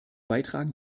beitragen